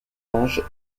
ange